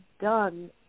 done